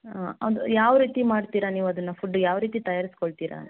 ಹಾಂ ಅದು ಯಾವ ರೀತಿ ಮಾಡ್ತೀರಾ ನೀವು ಅದನ್ನು ಫುಡ್ ಯಾವ ರೀತಿ ತಯಾರಿಸ್ಕೊಳ್ತೀರ ಅಂತ